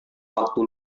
waktu